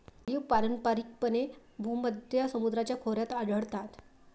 olive पारंपारिकपणे भूमध्य समुद्राच्या खोऱ्यात आढळतात